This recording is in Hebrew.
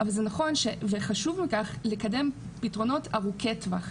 אבל זה נכון ,וחשוב מכך, לקדם פתרונות ארוכי טווח.